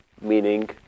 meaning